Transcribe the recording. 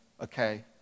okay